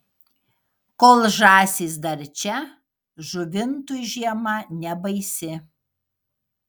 kol žąsys dar čia žuvintui žiema nebaisi